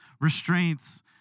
restraints